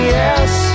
yes